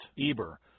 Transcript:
Eber